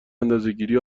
اندازهگیری